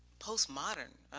post modern,